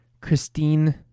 christine